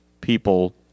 people